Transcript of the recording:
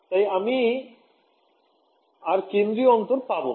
তাই আমি আর কেন্দ্রীয় দূরত্ব পাবো না